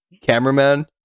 cameraman